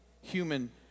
human